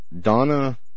Donna